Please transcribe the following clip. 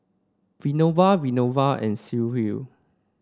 Vinoba Vinoba and Sudhir